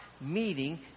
meeting